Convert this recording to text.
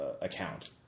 account